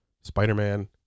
spider-man